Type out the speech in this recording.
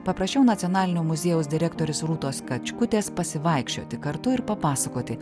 paprašiau nacionalinio muziejaus direktorės rūtos kačkutės pasivaikščioti kartu ir papasakoti